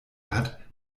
hat